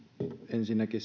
ensinnäkin